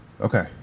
Okay